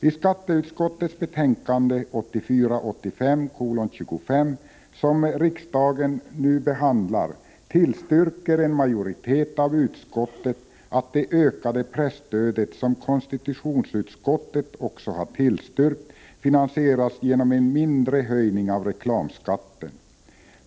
I skatteutskottets betänkande 1984/85:25, som riksdagen nu behandlar, tillstyrker en majoritet av utskottet att det ökade presstödet, som också konstitutionsutskottet har tillstyrkt, finansieras genom en mindre höjning av reklamskatten.